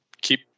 keep